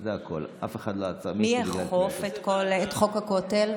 זה הכול, אף אחד, מי יאכוף את חוק הכותל?